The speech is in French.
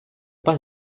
pas